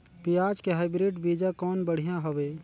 पियाज के हाईब्रिड बीजा कौन बढ़िया हवय?